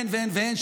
אין ואין ואין,